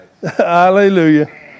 Hallelujah